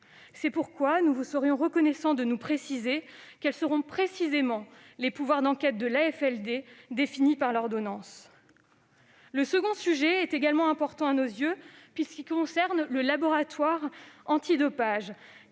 C'est pourquoi nous vous serions reconnaissants de nous préciser quels seront précisément les pouvoirs d'enquête de l'AFLD définis par l'ordonnance. Le second sujet est également important à nos yeux puisqu'il concerne le laboratoire antidopage,